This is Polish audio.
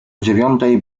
dziewiątej